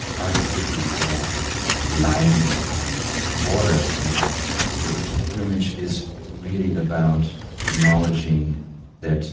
artificially drawn lines and and borders. and the pilgrimage is really about acknowledging that